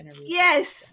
Yes